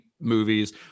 movies